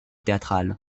théâtrale